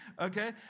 Okay